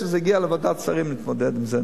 כשזה יגיע לוועדת שרים נתמודד עם זה,